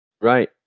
Right